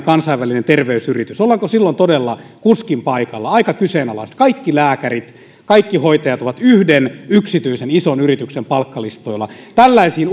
kansainvälinen terveysyritys ollaanko silloin todella kuskin paikalla aika kyseenalaista kaikki lääkärit kaikki hoitajat ovat yhden ison yksityisen yrityksen palkkalistoilla tällaisiin